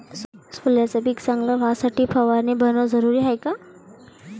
सोल्याचं पिक चांगलं व्हासाठी फवारणी भरनं जरुरी हाये का?